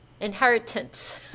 inheritance